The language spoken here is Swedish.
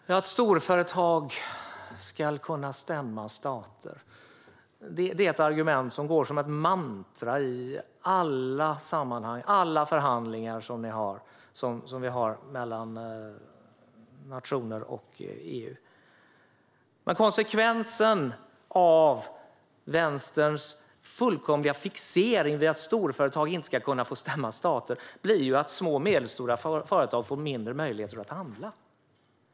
Herr talman! Att storföretag ska kunna stämma stater är ett argument som går som ett mantra genom alla förhandlingar mellan nationer och EU. Men konsekvensen av Vänsterns fullkomliga fixering vid att storföretag inte ska kunna stämma stater blir ju att små och medelstora företag får mindre möjligheter att handla.